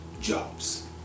jobs